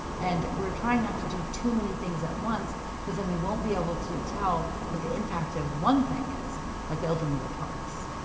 and we're trying not to do too many things at once because then we won't be able to tell what the impact of one thing is like the opening of the parks.